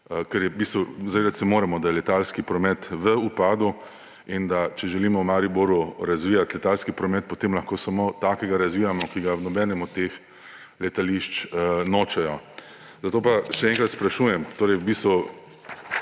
ker zavedati se moramo, da je letalski promet v upadu in če želimo v Mariboru razvijati letalski promet, da potem lahko samo takega razvijamo, ki ga v nobenem od teh letališč nočejo. Zato pa še enkrat sprašujem, torej v bistvu